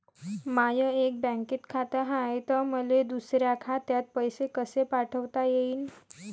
माय एका बँकेत खात हाय, त मले दुसऱ्या खात्यात पैसे कसे पाठवता येईन?